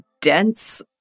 dense